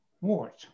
words